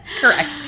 correct